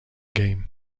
game